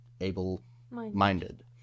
able-minded